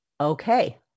okay